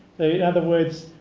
in other words,